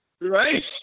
Right